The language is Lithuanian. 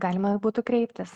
galima jau būtų kreiptis